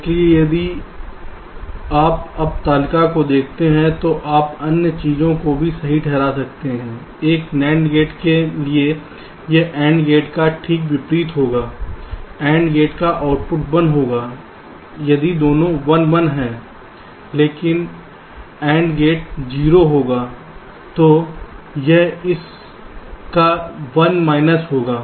इसलिए यदि आप अब तालिका को देखते हैं तो आप अन्य चीजों को सही ठहरा सकते हैं एक NAND गेट के लिए यह AND गेट का ठीक विपरीत होगा AND गेट का आउटपुट 1 होगा यदि दोनों 1 1 हैं लेकिन NAND गेट 0 होगा तो यह इस का 1 माइनस होगा